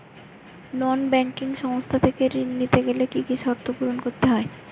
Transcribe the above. নন banking সংস্থা থেকে ঋণ নিতে গেলে কি কি শর্ত পূরণ করতে হয়?